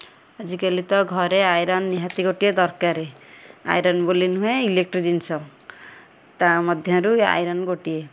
ଆଜିକାଲି ତ ଘରେ ଆଇରନ୍ ନିହାତି ଗୋଟିଏ ଦରକାର ଆଇରନ୍ ବୋଲି ନୁହେଁ ଇଲେକ୍ଟ୍ରିକ୍ ଜିନିଷ ତା ମଧ୍ୟରୁ ଆଇରନ୍ ଗୋଟିଏ